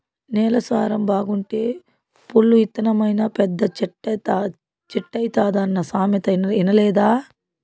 నేల సారం బాగుంటే పొల్లు ఇత్తనమైనా పెద్ద చెట్టైతాదన్న సామెత ఇనలేదా